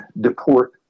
deport